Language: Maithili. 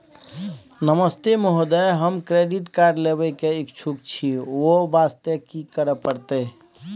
नमस्ते महोदय, हम क्रेडिट कार्ड लेबे के इच्छुक छि ओ वास्ते की करै परतै?